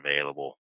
available